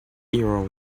hero